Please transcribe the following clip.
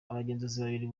babiri